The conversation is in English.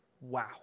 Wow